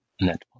net